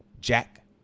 Jack